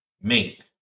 mate